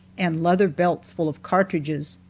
and leather belts full of cartridges.